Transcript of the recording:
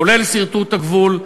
כולל סרטוט הגבול,